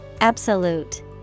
Absolute